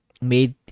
made